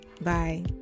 Bye